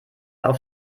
auf